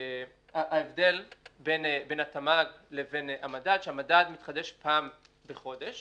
ההבדל בין התמ"ג לבין המדד הוא שהמדד מתחדש פעם בחודש